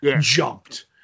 jumped